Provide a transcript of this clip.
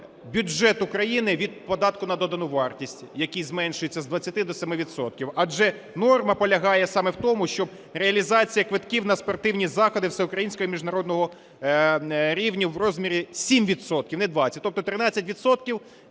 бюджет України від податку на додану вартість, який зменшується з 20 до 7 відсотків. Адже норма полягає саме в тому, щоб реалізація квитків на спортивні заходи всеукраїнського й міжнародного рівнів у розмірі 7 відсотків, не 20. Тобто 13